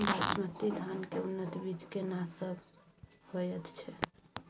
बासमती धान के उन्नत बीज केना सब होयत छै?